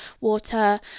water